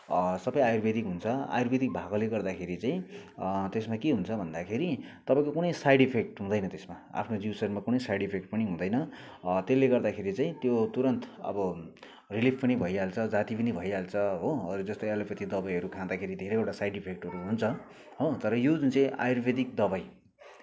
सबै आयुर्वेदिक हुन्छ आयुर्वेदिक भएकोले गर्दाखेरि चाहिँ त्यसमा के हुन्छ भन्दाखेरि तपाईँको कुनै साइड इफेक्ट हुँदैन त्यसमा आफ्नो जिउ शरीरमा कुनै पनि साइड इफेक्ट पनि हुँदैन त्यसले गर्दाखेरि चाहिँ त्यो तुरन्त अब रिलिफ पनि भइहाल्छ जाती पनि भइहाल्छ हो अरू जस्तै एलोपेथी दवाईहरू खाँदाखेरि धेरैवटा साइड इफेक्टहरू हुन्छ हो तर यो जुन चाहिँ आयुर्वेदिक दवाई